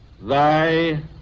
Thy